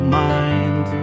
mind